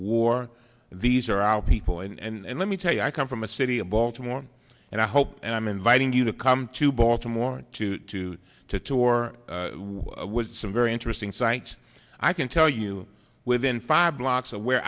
war these are our people and let me tell you i come from a city of baltimore and i hope and i'm inviting you to come to baltimore to to to to or was some very interesting sites i can tell you within five blocks of where